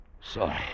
Sorry